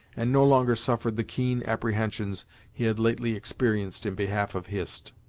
and no longer suffered the keen apprehensions he had lately experienced in behalf of hist.